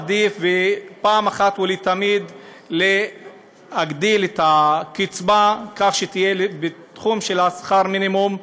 עדיף אחת ולתמיד להגדיל את הקצבה כך שתהיה בתחום של שכר המינימום,